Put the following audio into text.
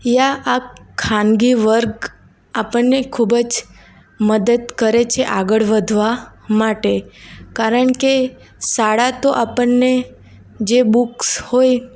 યા આ ખાનગી વર્ગ આપણને ખૂબ જ મદદ કરે છે આગળ વધવા માટે કારણકે શાળા તો આપણને જે બુક્સ હોય